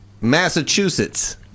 Massachusetts